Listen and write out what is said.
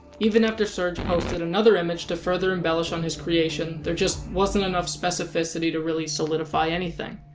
even after surge posted another image to further embellish on his creation, there just wasn't enough specificity to really solidify anything.